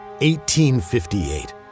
1858